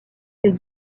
ses